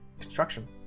construction